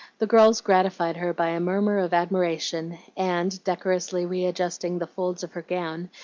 the girls gratified her by a murmur of admiration, and, decorously readjusting the folds of her gown,